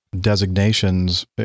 designations